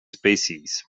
species